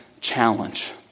challenge